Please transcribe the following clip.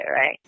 right